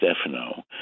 Stefano